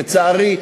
לצערי,